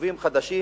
יישובים חדשים